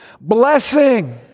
Blessing